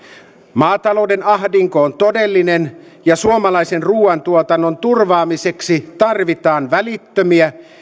maatalouden ahdinko on todellinen ja suomalaisen ruuantuotannon turvaamiseksi tarvitaan välittömiä